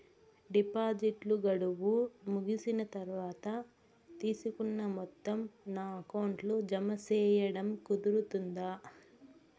డిపాజిట్లు గడువు ముగిసిన తర్వాత, తీసుకున్న మొత్తం నా అకౌంట్ లో జామ సేయడం కుదురుతుందా?